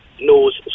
knows